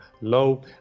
low